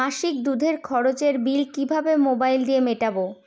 মাসিক দুধের খরচের বিল কিভাবে মোবাইল দিয়ে মেটাব?